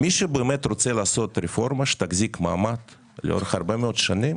מי שבאמת רוצה לעשות רפורמה שתחזיק מעמד לאורך הרבה מאוד שנים